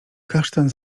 kasztan